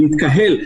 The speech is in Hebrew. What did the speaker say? להתקהל.